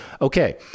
Okay